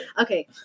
okay